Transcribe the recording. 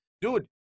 dude